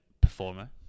performer